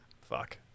Fuck